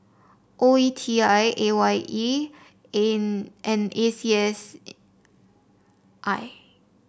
O E T I A Y E and A C S I